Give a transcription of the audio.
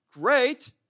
Great